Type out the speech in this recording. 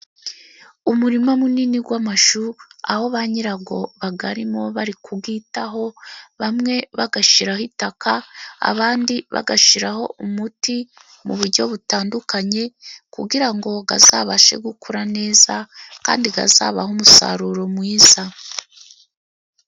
Umurima munini w'amashu aho bayirawo bawurimo bari kuwitaho bamwe bagashiraho itaka, abandi bagashiraho umuti mu buryo butandukanye kugira ngo azabashe gukura neza, kandi azabahe umusaruro mwiza.